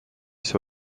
sur